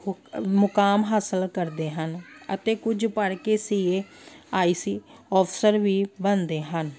ਹੋਕ ਮੁਕਾਮ ਹਾਸਿਲ ਕਰਦੇ ਹਨ ਅਤੇ ਕੁਝ ਪੜ੍ਹ ਕੇ ਸੀ ਏ ਆਈ ਸੀ ਅਫਸਰ ਵੀ ਬਣਦੇ ਹਨ